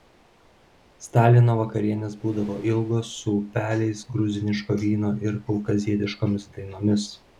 stalino vakarienės būdavo ilgos su upeliais gruziniško vyno ir kaukazietiškomis dainomis